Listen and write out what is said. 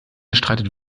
streitet